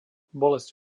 bolesť